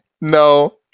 no